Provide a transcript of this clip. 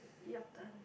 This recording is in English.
yup done